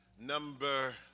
number